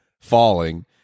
falling